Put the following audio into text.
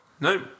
No